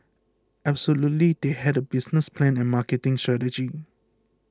absolutely they had a business plan and marketing strategy